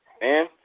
Man